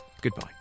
goodbye